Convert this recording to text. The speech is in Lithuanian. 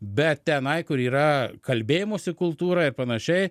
bet tenai kur yra kalbėjimosi kultūra ir panašiai